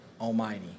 Almighty